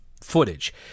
footage